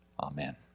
Amen